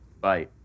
Bye